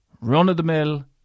Run-of-the-mill